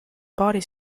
paari